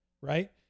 right